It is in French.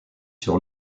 sur